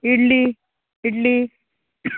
idli idli